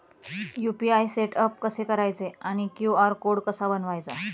UPI setup कसे करायचे आणि क्यू.आर कोड कसा बनवायचा?